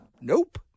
Nope